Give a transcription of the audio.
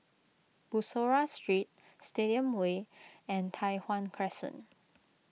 Bussorah Street Stadium Way and Tai Hwan Crescent